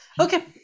Okay